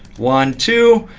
one, two.